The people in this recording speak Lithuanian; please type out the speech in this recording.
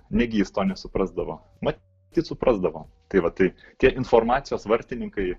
negi jis to nesuprasdavo matyt suprasdavo tai va tai tie informacijos vartininkai